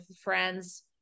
friends